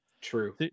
True